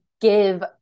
give